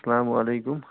السلامُ علیکُم